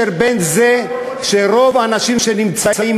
מה הקשר בין זה שרוב האנשים שנמצאים